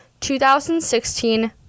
2016